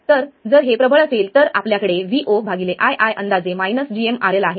तर जर हे प्रबळ असेल तर आपल्याकडे voii अंदाजे gmRL आहे